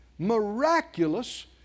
Miraculous